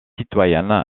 citoyenne